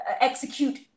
execute